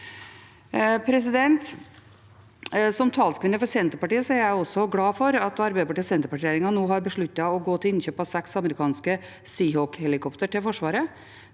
Som talskvinne for Senterpartiet er jeg også glad for at Arbeiderparti–Senterparti-regjeringen nå har besluttet å gå til innkjøp av seks amerikanske Seahawk-helikopter til Forsvaret.